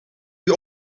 die